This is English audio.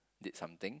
did something